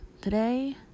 Today